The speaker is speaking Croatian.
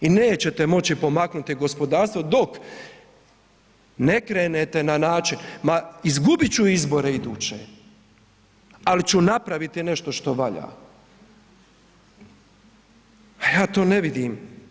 I nećete moći pomaknuti gospodarstvo dok ne krenete na način, ma izgubit ću izbore iduće, ali ću napraviti nešto što valja, a ja to ne vidim.